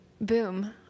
boom